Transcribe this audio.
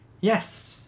Yes